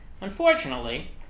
Unfortunately